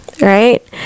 right